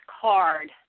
card